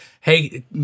hey